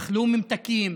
אכלו ממתקים,